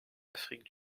afrique